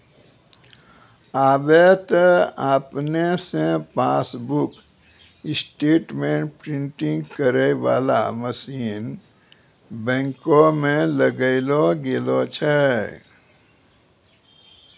आबे त आपने से पासबुक स्टेटमेंट प्रिंटिंग करै बाला मशीन बैंको मे लगैलो गेलो छै